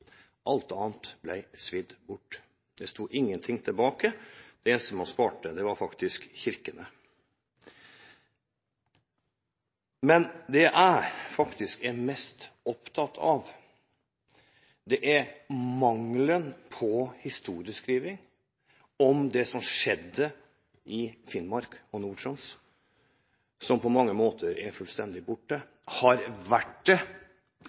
Alt annet ble svidd bort. Det sto ingenting tilbake. Det eneste man sparte, var kirkene. Men det jeg er mest opptatt av, er mangelen på historieskriving om det som skjedde i Finnmark og Nord-Troms, som på mange måter er fullstendig borte – har vært det.